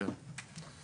כן.